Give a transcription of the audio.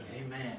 Amen